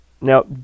Now